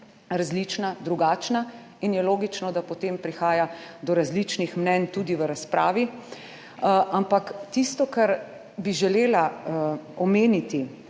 različna, drugačna in je logično, da potem prihaja do različnih mnenj tudi v razpravi. Ampak tisto, kar bi želela omeniti